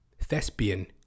thespian